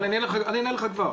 אבל אני אענה לך כבר,